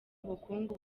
ubukungu